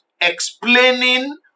explaining